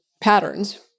patterns